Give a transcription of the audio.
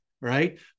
right